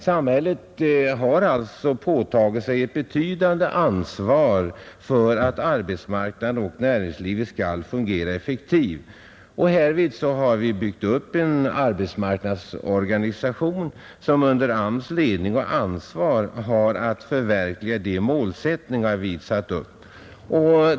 Samhället har alltså påtagit sig ett betydande ansvar för att arbetsmarknaden och näringslivet skall fungera effektivt, och härvid har vi byggt upp en arbetsmarknadsorganisation, som under AMS ledning och ansvar har att förverkliga de målsättningar vi satt upp.